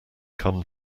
come